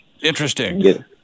Interesting